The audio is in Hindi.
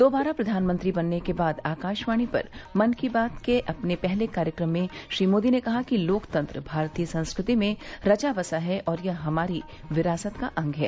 दोबारा प्रधानमंत्री बनने के बाद आकाशवाणी पर मन की बात के अपने पहले कार्यक्रम में श्री मोदी ने कहा कि लोकतंत्र भारतीय संस्कृति में रचा बसा है और यह हमारी विरासत का अंग है